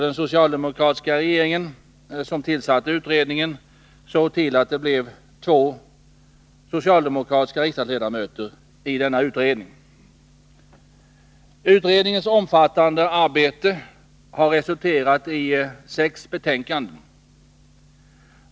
Den socialdemokratiska regeringen, som tillsatte utredningen, såg till att det blev två socialdemokratiska riksdagsledamöter i denna utredning. Utredningens omfattande arbete har resulterat i sex betänkanden.